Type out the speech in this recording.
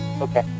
Okay